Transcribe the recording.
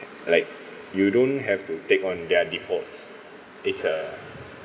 like you don't have to take on their defaults it's uh